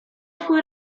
twój